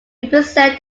represent